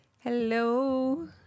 Hello